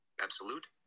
Absolute